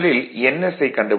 முதலில் ns ஐக் கண்டுபிடிப்போம்